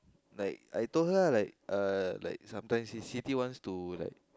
like I told her like ah like sometimes city wants to like